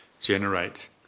generate